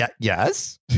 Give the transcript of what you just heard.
Yes